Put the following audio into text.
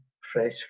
fresh